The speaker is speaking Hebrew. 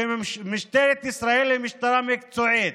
שמשטרת ישראל היא משטרה מקצועית.